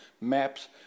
maps